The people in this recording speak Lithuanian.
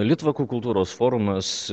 litvakų kultūros forumas